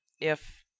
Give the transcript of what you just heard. if—